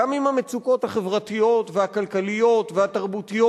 גם עם המצוקות החברתיות והכלכליות והתרבותיות